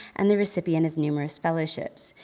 and the recipient of numerous fellowships.